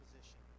position